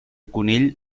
conill